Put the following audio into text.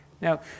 Now